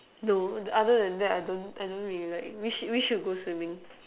no other than that I don't I don't really like we should we should go swimming